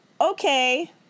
okay